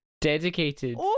dedicated